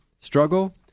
struggle